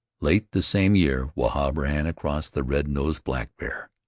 late the same year wahb ran across the red-nosed blackbear.